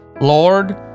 Lord